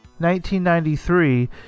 1993